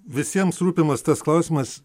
visiems rūpimas tas klausimas